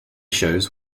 shows